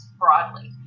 broadly